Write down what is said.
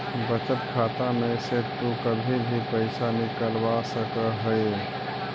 बचत खाता में से तु कभी भी पइसा निकलवा सकऽ हे